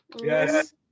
Yes